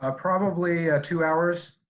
ah probably ah two hours.